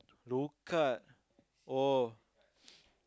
low cut oh